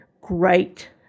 great